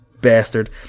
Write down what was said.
bastard